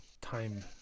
time